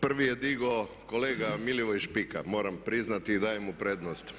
Prvi je digao kolega Milivoj Špika, moram priznati i dajem mu prednost.